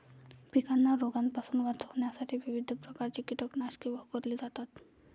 पिकांना रोगांपासून वाचवण्यासाठी विविध प्रकारची कीटकनाशके वापरली जातात